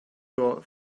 your